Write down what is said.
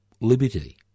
liberty